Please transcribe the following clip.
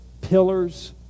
pillars